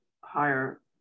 higher